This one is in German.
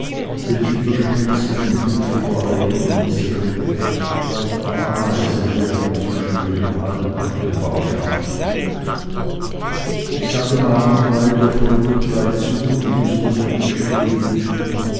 den widerspenstigen busch über alle hindernisse weg gleich der ameise die einen zu schweren halm nach dem bau schafft ich sah dem armen weibe voll mitleid zu und mußte mir gestehen